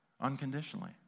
unconditionally